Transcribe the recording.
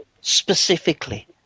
specifically